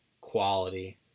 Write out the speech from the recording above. quality